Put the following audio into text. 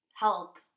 Help